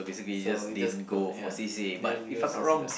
so it just got ya